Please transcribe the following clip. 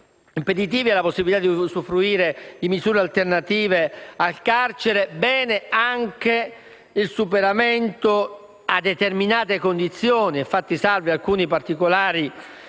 impeditivi della possibilità di usufruire di misure alternative al carcere e bene anche il superamento, a determinate condizioni e fatti salvi alcuni particolari delitti,